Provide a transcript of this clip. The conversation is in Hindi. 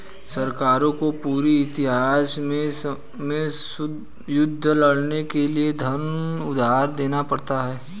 सरकारों को पूरे इतिहास में युद्ध लड़ने के लिए धन उधार लेना पड़ा है